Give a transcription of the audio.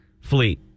Fleet